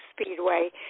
Speedway